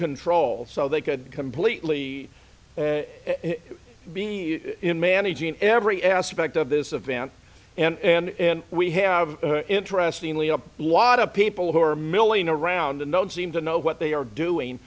control so they could completely be in managing every aspect of this event and we have interestingly a lot of people who are milling around and don't seem to know what they are doing